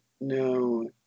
no